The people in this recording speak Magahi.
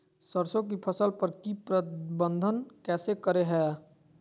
सरसों की फसल पर की प्रबंधन कैसे करें हैय?